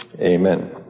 amen